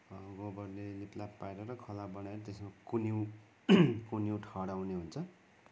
गोबरले लिपलाप पारेर खला बनाएर त्यसमा कुन्यु कुन्यु ठड्याउने हुन्छ